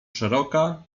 szeroka